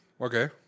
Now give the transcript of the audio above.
Okay